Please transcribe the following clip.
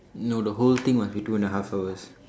no the whole thing must be two and a half hours